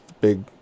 big